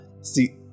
see